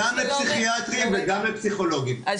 גם לפסיכיאטרים וגם לפסיכולוגים, קחו בחשבון..